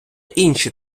інші